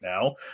now